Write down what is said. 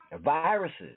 Viruses